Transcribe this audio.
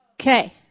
Okay